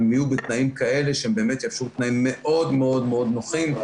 יהיו בתנאים כאלה שהם באמת יאפשרו תנאים מאוד מאוד נוחים,